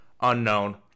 unknown